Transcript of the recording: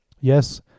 yes